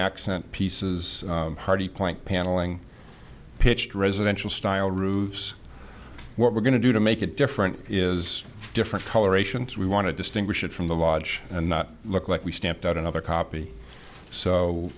accent pieces hardy plant paneling pitched residential style roofs we're going to do to make it different is different coloration we want to distinguish it from the lodge and not look like we stamped out another copy so